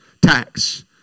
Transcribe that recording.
tax